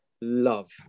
love